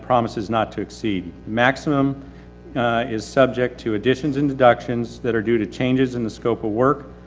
promises not to exceed. maximum is subject to additions and deductions that are due to changes in the scope of work.